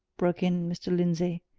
broke in mr. lindsey,